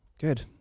Good